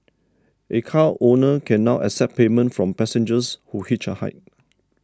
a car owner can now accept payment from passengers who hitch a ride